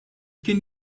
kien